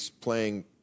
playing